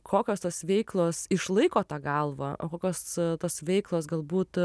kokios tos veiklos išlaiko tą galvą o kokios tos veiklos galbūt